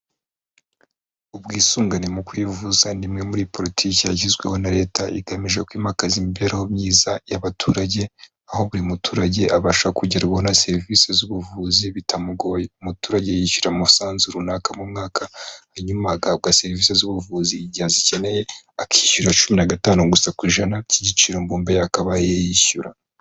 Ubwisungane mu kwivuza ni imwe muri politiki yagizweho na Leta igamije kwimakaza imibereho myiza y'abaturage, aho buri muturage abasha kugerwaho na serivisi z'ubuvuzi bitamugoye. Umuturage yishyura umusanzu runaka mu mwaka hanyuma agabwa serivisi z'ubuvuzi igihe azikeneye, akishyura cumi na gatanu gusa ku ijana by'igicirombumbe yakabaye yishyura.